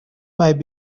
might